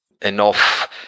enough